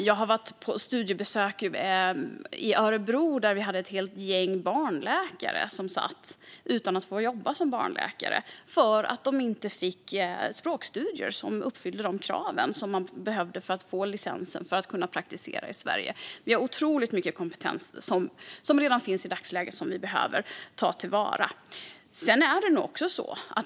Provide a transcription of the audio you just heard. Jag har varit på studiebesök i Örebro, där det var ett helt gäng barnläkare som satt utan att få jobba som barnläkare för att de inte fick språkstudier som uppfyller kraven för att få licens och kunna praktisera i Sverige. Vi har otroligt mycket kompetens som redan finns i dagsläget, och den behöver vi ta till vara.